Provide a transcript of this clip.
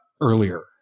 earlier